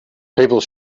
people